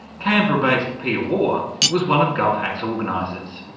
canberra-based pia waugh was one of govhack's organisers.